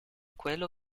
quel